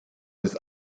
des